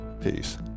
Peace